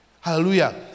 Hallelujah